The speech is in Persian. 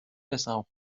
رسم